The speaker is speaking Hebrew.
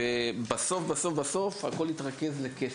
ובסוף בסוף הכול התרכז לכסף.